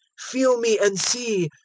feel me and see,